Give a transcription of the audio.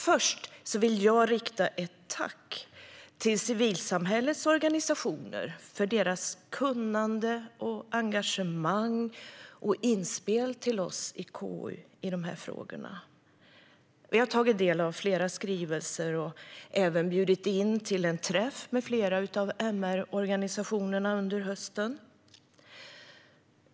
Först vill jag rikta ett tack till civilsamhällets organisationer för deras kunnande, engagemang och inspel till oss i KU i dessa frågor. Vi har tagit del av flera skrivelser och även bjudit in till en träff med flera av MR-organisationerna under hösten.